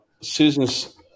Susan's